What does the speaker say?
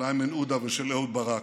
של איימן עודה ושל אהוד ברק.